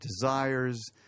desires